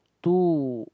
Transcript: two